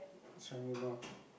Serangoon-North